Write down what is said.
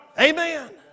Amen